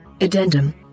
Addendum